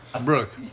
Brooke